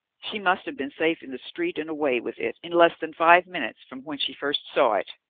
she must have been safe in the street and away with it, in less than five minutes from when she first saw it.